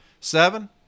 Seven